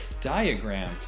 diagram